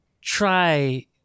try